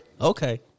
Okay